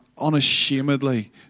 unashamedly